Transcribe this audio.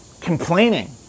Complaining